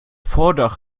vordach